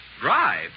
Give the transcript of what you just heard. Drive